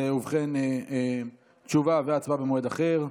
ובכן, תשובה והצבעה במועד אחר.